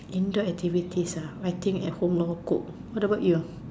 indoor activities ah I think at home or cook what about you